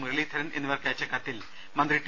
മുരളീധരൻ എന്നിവർക്കയച്ച കത്തിൽ മന്ത്രി ടി